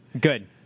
Good